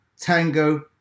Tango